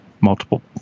multiple